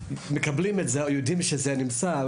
מקבלים את זה או יודעים שזה נמצא.